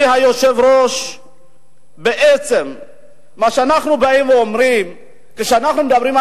אני מבקש מהיושב-ראש לא להגיד דברים שהם לא נכונים.